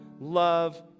love